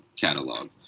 catalog